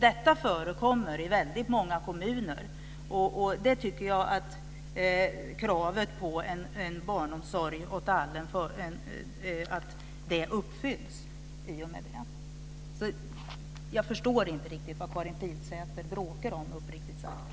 Detta förekommer i väldigt många kommuner. Jag tycker att kraven på en barnomsorg för alla uppfylls i och med det. Jag förstår inte riktigt vad Karin Pilsäter bråkar om, uppriktigt sagt.